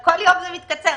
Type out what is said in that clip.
כל יום זה מתקצר.